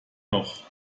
noch